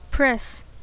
Press